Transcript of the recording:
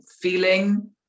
feeling